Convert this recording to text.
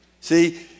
See